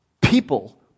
People